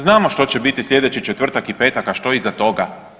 Znamo što će biti slijedeći četvrtak i petak, a što iza toga.